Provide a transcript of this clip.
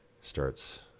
starts